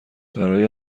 برای